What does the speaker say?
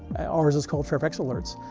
ours is called fairfax alerts.